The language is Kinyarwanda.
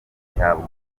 ihabwa